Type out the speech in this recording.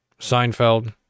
Seinfeld